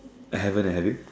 haven't eh have you